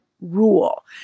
rule